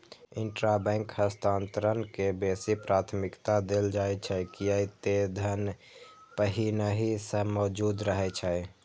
intrabank हस्तांतरण के बेसी प्राथमिकता देल जाइ छै, कियै ते धन पहिनहि सं मौजूद रहै छै